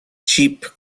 cheap